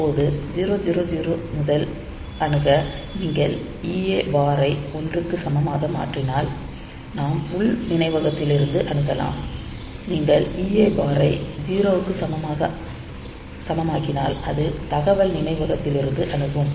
இப்போது 0000 முதல் அணுக நீங்கள் EA பார் ஐ ஒன்றிற்கு சமமாக மாற்றினால் நாம் உள் நினைவகத்திலிருந்து அணுகுலாம் நீங்கள் EA பார் ஐ 0 க்கு சமமாக்கினால் அது தகவல் நினைவகத்திலிருந்து அணுகும்